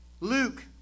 Luke